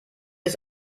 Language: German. ist